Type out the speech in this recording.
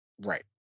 right